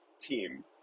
team